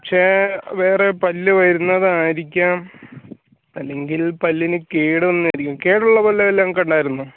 ഒരുപക്ഷേ വേറെ പല്ല് വരുന്നതായിരിക്കാം അല്ലെങ്കിൽ പല്ലിന് കേടുവന്നതായിരിക്കും കേടുള്ള പല്ല് വല്ലതും നിങ്ങൾക്ക് ഉണ്ടായിരുന്നോ